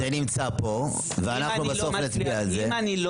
זה נמצא פה ובסוף נצביע על זה.